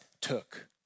took